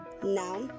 Now